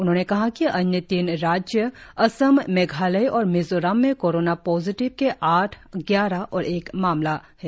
उन्होंने कहा कि अन्य तीन राज्यों असम मेघालय और मिजोरम में कोरोना पॉजिटिव के आठ ग्यारह और एक मामला है